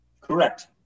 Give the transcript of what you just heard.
Correct